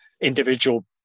individual